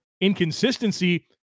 inconsistency